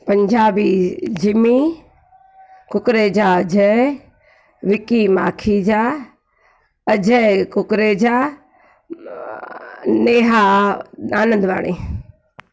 Punjabi Jimmy Kukreja Jai Vicky Makhija Ajay Kukreja Neha Anandwani